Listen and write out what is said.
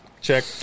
Check